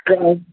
केना